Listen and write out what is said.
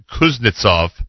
Kuznetsov